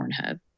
Pornhub